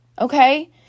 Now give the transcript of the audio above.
okay